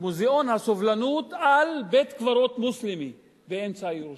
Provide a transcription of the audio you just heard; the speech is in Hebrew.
מוזיאון הסובלנות על בית-קברות מוסלמי באמצע ירושלים.